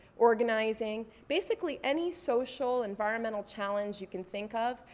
organizing. basically any social environmental challenge you can think of,